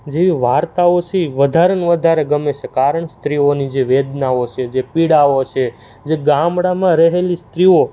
જેવી વાર્તાઓ છે એ વધારે ને વધારે ગમે છે કારણ સ્ત્રીઓની જે વેદનાઓ છે જે પીડાઓ સે જે ગામડામાં રહેલી સ્ત્રીઓ